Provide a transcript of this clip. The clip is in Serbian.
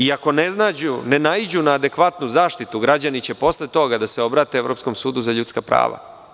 Ako ne naiđu na adekvatnu zaštitu građani se posle toga da se obrate Evropskom sudu za ljudska prava.